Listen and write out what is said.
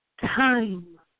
Time